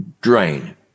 drain